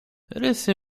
rysy